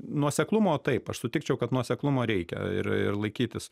nuoseklumo taip aš sutikčiau kad nuoseklumo reikia ir ir laikytis